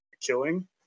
killing